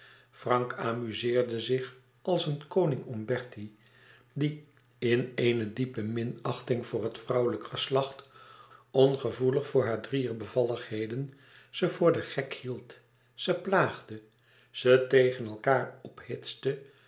frank amuseerde zich als een koning om bertie die in eene diepe minachting voor het vrouwlijk geslacht ongevoelig voor haar drieër bevalligheden ze voor den gek hield ze plaagde ze tegen elkaar ophitste